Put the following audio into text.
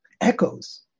echoes